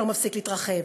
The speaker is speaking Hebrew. שלא מפסיק להתרחב,